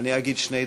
אני אגיד שני דברים: